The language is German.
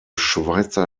schweizer